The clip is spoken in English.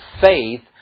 faith